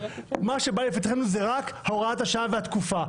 מה שבא לפתחנו זו רק הוראת השעה והתקופה.